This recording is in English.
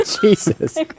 Jesus